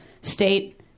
state